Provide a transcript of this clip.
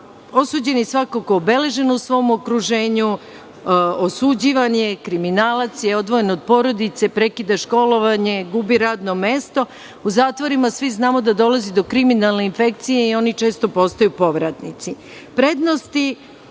Osuđeni je svakako obeležen u svom okruženju, osuđivan je, kriminalac je, odvojen od porodice, prekida školovanje, gubi radno mesto. U zatvorima svi znamo da dolazi do kriminalne infekcije i oni često postaju povratnici. Prednosti